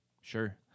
Sure